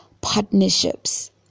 partnerships